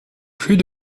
plut